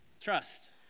Trust